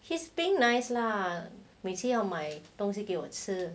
he's being nice lah 每次要买东西给我吃